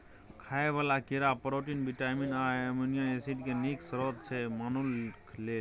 खाइ बला कीड़ा प्रोटीन, बिटामिन आ एमिनो एसिड केँ नीक स्रोत छै मनुख लेल